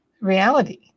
reality